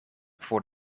voor